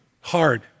Hard